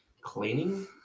cleaning